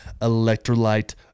electrolyte